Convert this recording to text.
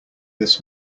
this